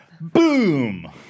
Boom